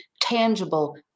tangible